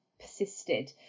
persisted